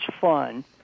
fun